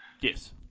Yes